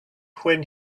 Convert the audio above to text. when